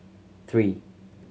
three